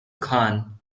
khan